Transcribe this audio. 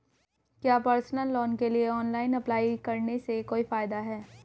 क्या personal loan के लिए ऑनलाइन अप्लाई करने से कोई फायदा है?